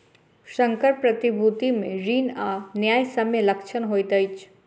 संकर प्रतिभूति मे ऋण आ न्यायसम्य लक्षण होइत अछि